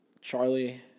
Charlie